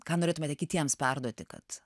ką norėtumėte kitiems perduoti kad